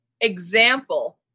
example